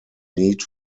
need